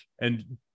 and-